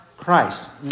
Christ